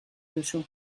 duzu